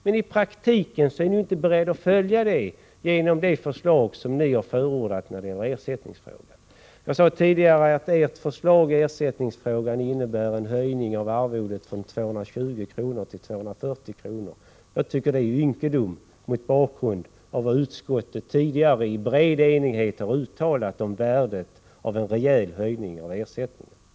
Men i praktiken är ni ju inte beredda att göra det, genom det förslag ni har förordat när det gäller ersättningsfrågan. Jag sade tidigare att ert förslag i ersättningsfrågan innebär en höjning av arvodet från 220 kr. till 240 kr. Det är ynkligt, mot bakgrund av vad utskottet tidigare i bred enighet har uttalat om värdet av en rejäl höjning av ersättningen.